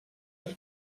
per